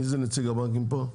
מי נציג הבנקים פה?